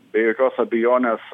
be jokios abejonės